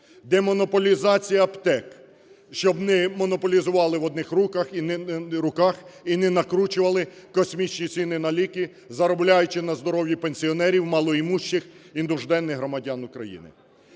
Демонополізація аптек. Щоб не монополізували в одних руках і не накручували космічні ціни на ліки заробляючи на здоров'ї пенсіонерів, мало імущих і нужденних громадян України.